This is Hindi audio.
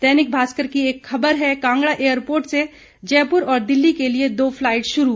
दैनिक भास्कर की एक खबर है कांगड़ा एयरपोर्ट से जयपुर और दिल्ली के लिए दो फ़लाईट शुरू